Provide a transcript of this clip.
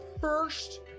first